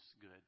good